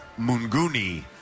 Munguni